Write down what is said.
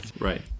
Right